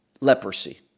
leprosy